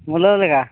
ᱢᱩᱞᱟᱹᱱ ᱞᱮᱠᱟ